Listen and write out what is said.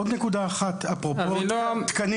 עוד נקודה אחת, אפרופו, תקנים.